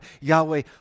Yahweh